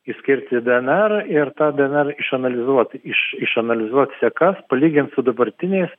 išskirti dnr ir tą dnr išanalizuoti iš išanalizuot sekas palygint su dabartiniais